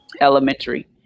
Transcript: elementary